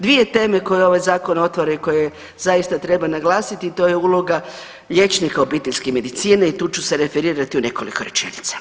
Dvije teme koje ovaj zakon otvara i koje zaista treba naglasiti i to je uloga liječnika obiteljske medicine i tu ću se referirati u nekoliko rečenica.